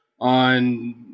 on